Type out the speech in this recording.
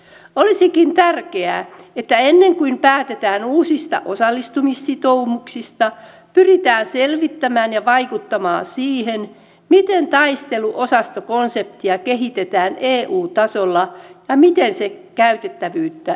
olisikin tärkeää että ennen kuin päätetään uusista osallistumissitoumuksista pyritään selvittämään ja vaikuttamaan siihen miten taisteluosastokonseptia kehitetään eu tasolla ja miten sen käytettävyyttä lisätään